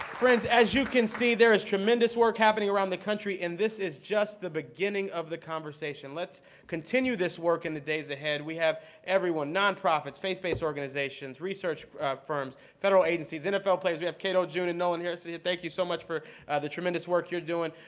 friends, as you can see, there is tremendous work happening around the country, and this is just the beginning of the conversation. let's continue this work in the days ahead. we have everyone, nonprofits, faith-based organizations, research firms, federal agencies, nfl players, we have cato, june and nolan here, so thank you so much for the tremendous work you're doing.